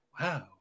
Wow